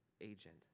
agent